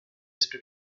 split